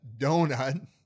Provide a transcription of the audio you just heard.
donut